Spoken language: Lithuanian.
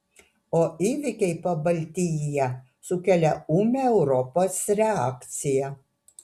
o įvykiai pabaltijyje sukelia ūmią europos reakciją